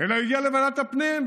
הוא הגיע לוועדת הפנים,